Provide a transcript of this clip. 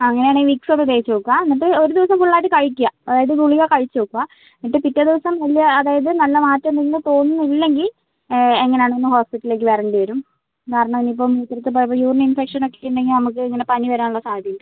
അങ്ങനെ ആണെങ്കിൽ വിക്സ് ഒന്ന് തേച്ച് നോക്കുക എന്നിട്ട് ഒരു ദിവസം ഫുൾ കഴിക്കുക അതായത് ഗുളിക കഴിച്ചു നോക്കുക എന്നിട്ട് പിറ്റേ ദിവസം വലിയ അതായത് നല്ല മാറ്റം ഉണ്ടെന്ന് തോന്നുന്നില്ലെങ്കിൽ എങ്ങനെയാണ് ഒന്ന് ഹോസ്പിറ്റലിലേക്ക് വരേണ്ടി വരും കാരണം ഇനിയിപ്പം മൂത്രത്തിൽ പഴുപ്പ് യൂറിൻ ഇൻഫെക്ഷൻ ഒക്കെ ഉണ്ടെങ്കിൽ നമുക്ക് ഇങ്ങനെ പനി വരാനുള്ള സാധ്യത ഉണ്ട്